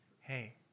Hey